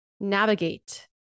navigate